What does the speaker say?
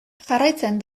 jarraitzen